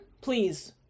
please